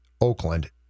Oakland